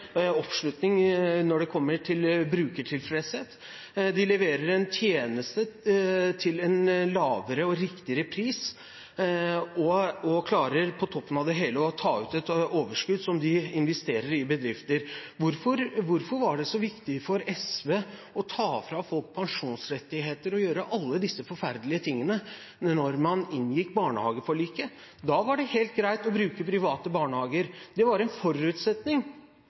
oppslutning når det kommer til brukertilfredshet, de leverer en tjeneste til en lavere og riktigere pris og klarer på toppen av det hele å ta ut et overskudd som de investerer i bedrifter – hvorfor var det så viktig for SV å ta fra folk pensjonsrettigheter og gjøre alle disse forferdelige tingene da man inngikk barnehageforliket? Da var det helt greit å bruke private barnehager. Det var en forutsetning